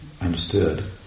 understood